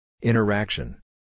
Interaction